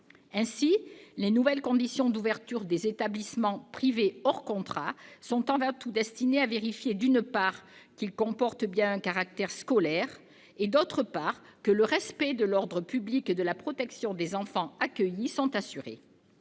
Ainsi, les nouvelles conditions d'ouverture des établissements privés hors contrat sont avant tout destinées à vérifier, d'une part, que ceux-ci présentent bien un caractère scolaire et, d'autre part, que le respect de l'ordre public et la protection des enfants accueillis sont assurés.